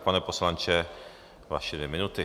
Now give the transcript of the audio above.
Pane poslanče, vaše dvě minuty.